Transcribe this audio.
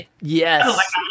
yes